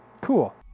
Cool